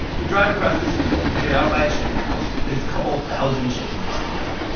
we drive across this field, get out by a chicken house. there's a couple thousand chickens walking around.